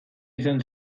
izan